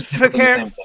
Okay